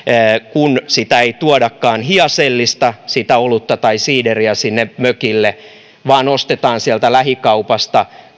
kun sitä ei tuodakaan hiacellista sitä olutta tai siideriä sinne mökille vaan ostetaan sieltä lähikaupasta